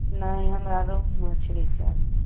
नहि हमरा रोहु मछली चाही